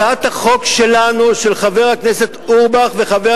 הצעת החוק שלנו, של חבר הכנסת אורבך ושלי,